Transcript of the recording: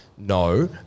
no